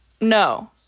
no